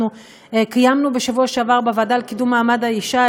אנחנו קיימנו בשבוע שעבר בוועדה לקידום מעמד האישה,